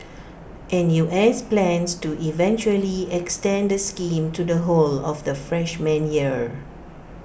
N U S plans to eventually extend the scheme to the whole of the freshman year